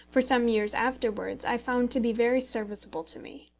for some years afterwards, i found to be very serviceable to me.